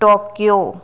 Tokyo